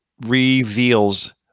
reveals